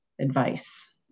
advice